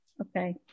okay